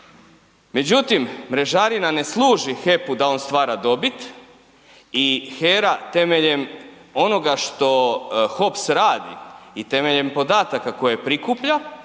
Međutim, mrežarina ne služi HEP-u da on stvara dobit i HERA temeljem onoga što HOPS radi i temeljem podataka koje prikuplja